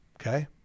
Okay